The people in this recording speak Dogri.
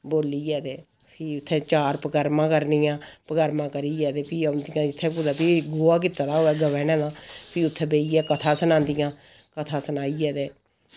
बोलियै ते फ्ही उत्थें चार परकर्मा करनियां परकर्मा करियै ते फ्ही औंदियां जित्थै कुतै फ्ही गोहा कीता दा होऐ गवै ने ते फ्ही उत्थैं बेहियै कथा सनांदियां कथा सनाइयै ते